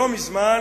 לא מזמן,